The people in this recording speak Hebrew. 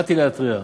באתי להתריע: